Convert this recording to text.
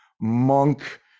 monk